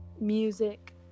music